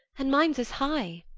and mine's as high.